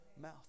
mouth